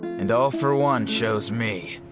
and all for one chose me.